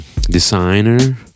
designer